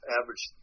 average